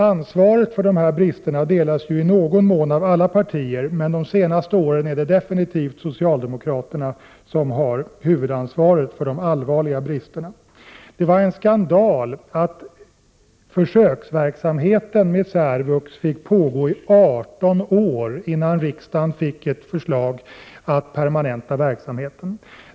Ansvaret för de bristerna delas i någon mån av alla partier, men de senaste åren är det definitivt socialdemokraterna som haft huvudansvaret för de allvarliga bristerna. Det var en skandal att försöksverksamheten med särvux fick pågå i 18 år innan riksdagen fick ett förslag att permanenta verksamheten.